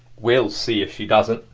we'll see if she doesn't,